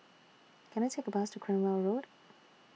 Can I Take A Bus to Cranwell Road